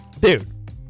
Dude